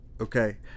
Okay